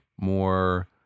more